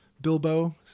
Bilbo